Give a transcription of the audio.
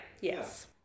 yes